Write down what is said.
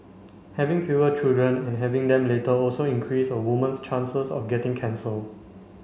having fewer children and having them later also increase a woman's chances of getting cancer